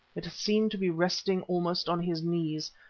it seemed to be resting almost on his knees,